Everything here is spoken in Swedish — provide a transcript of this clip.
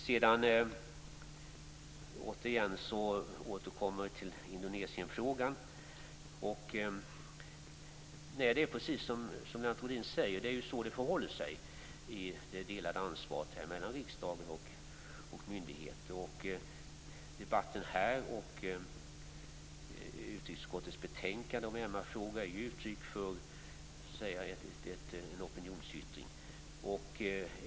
Sedan återkommer vi igen till Indonesienfrågan. Det är precis som Lennart Rohdin säger. Det är så det förhåller sig med det delade ansvaret mellan riksdagen och myndigheter. Debatten här i kammaren och vad som sägs i utrikesutskottets betänkande om denna fråga är uttryck för en opinionsyttring.